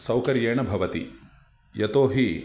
सौकर्येण भवति यतो हि